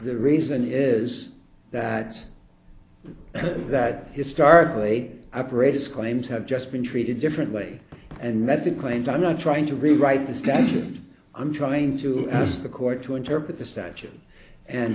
the reason is that that has started late operators claim to have just been treated differently and method claims i'm not trying to rewrite the statute and i'm trying to ask the court to interpret the statute and